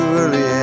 early